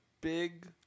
Big